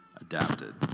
adapted